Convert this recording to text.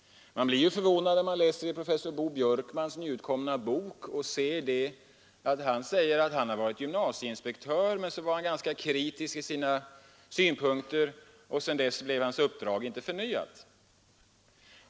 Man blir ju förvånad när man läser i professor Bo Björkmans nyutkomna bok att han har varit gymnasieinspektör, men så var han ganska kritisk i sina synpunkter och sedan blev hans uppdrag inte förnyat.